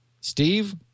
Steve